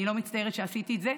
אני לא מצטערת שעשיתי את זה,